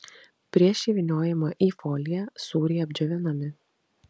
prieš įvyniojimą į foliją sūriai apdžiovinami